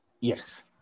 Yes